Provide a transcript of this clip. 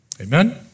Amen